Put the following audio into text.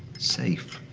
safe.